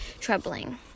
troubling